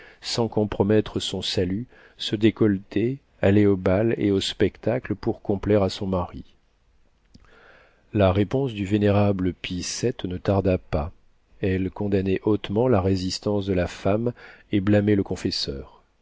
sans compromettre son salut se décolleter aller au bal et au spectacle pour complaire à son mari la réponse du vénérable pie vii ne tarda pas elle condamnait hautement la résistance de la femme et blâmait le confesseur